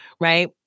Right